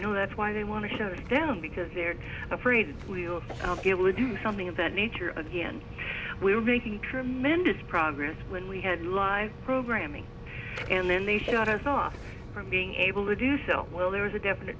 know that's why they want to show us down because they're afraid we'll be able to do something of that nature again we're making tremendous progress when we had live programming and then they shut us off from being able to do so well there was a definite